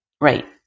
Right